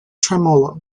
tremolo